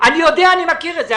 אני יודע, אני מכיר את זה.